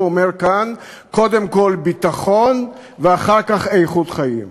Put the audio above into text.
אומר כאן: קודם כול ביטחון ואחר כך איכות חיים.